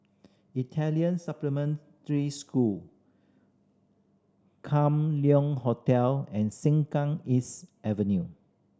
Italian Supplementary School Kam Liong Hotel and Sengkang East Avenue